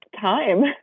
time